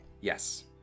Yes